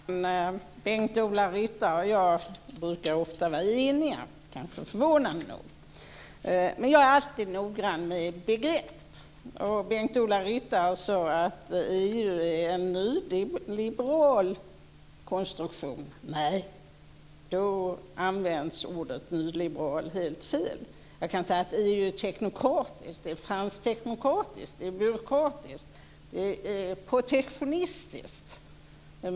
Fru talman! Bengt-Ola Ryttar och jag brukar ofta vara eniga, vilket kanske är förvånande. Jag är alltid noggrann med begrepp. Bengt-Ola Ryttar sade att EU är en nyliberal konstruktion. Då används ordet nyliberal helt fel. Jag kan säga att EU är teknokratiskt, fransk-teknokratiskt och byråkratiskt. Det är protektionistiskt.